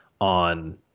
on